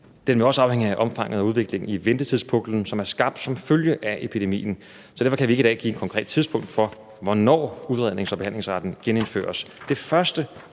Den vil også afhænge af omfanget af udviklingen i ventetidspuklen, som er skabt som følge af epidemien, så derfor kan vi i dag ikke give et konkret tidspunkt for, hvornår udrednings- og behandlingsretten genindføres.